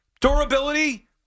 durability